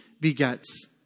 begets